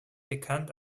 bekannt